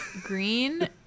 green